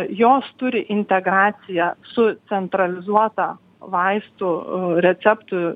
jos turi integraciją su centralizuota vaistų receptų